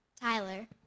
Tyler